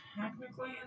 technically